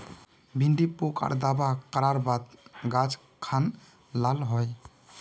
भिन्डी पुक आर दावा करार बात गाज खान लाल होए?